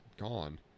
gone